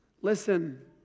listen